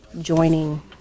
joining